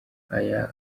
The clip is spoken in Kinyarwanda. aya